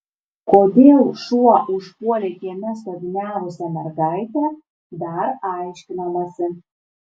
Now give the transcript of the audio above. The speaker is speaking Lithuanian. kodėl šuo užpuolė kieme stoviniavusią mergaitę dar aiškinamasi